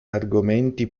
argomenti